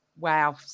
wow